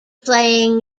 playing